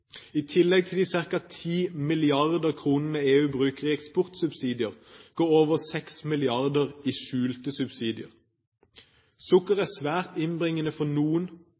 I tillegg til de ca. 10 mrd. kr EU bruker i eksportsubsidier, går over 6 mrd. i skjulte subsidier. Sukker er svært innbringende for noen.